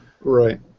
Right